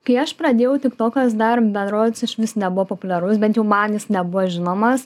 kai aš pradėjau tik tokas dar berods išvis nebuvo populiarus bent jau man jis nebuvo žinomas